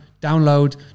download